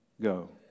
go